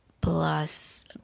plus